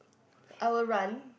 I will run